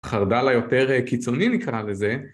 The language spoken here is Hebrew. חרדל היותר קיצוני נקרא לזה.